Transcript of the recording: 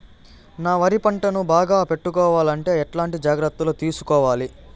నా వరి పంటను బాగా పెట్టుకోవాలంటే ఎట్లాంటి జాగ్రత్త లు తీసుకోవాలి?